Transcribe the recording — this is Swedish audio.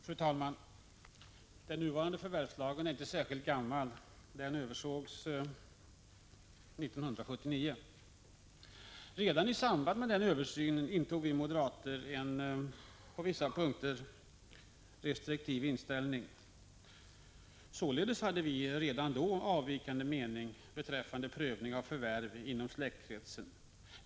Fru talman! Den nuvarande jordförvärvslagen är inte särskilt gammal. Den sågs över 1979. Redan i samband med den översynen intog vi moderater en på vissa punkter restriktiv inställning. Således hade vi redan då avvikande mening beträffande prövning av förvärv inom släktkretsen.